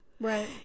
right